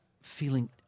feeling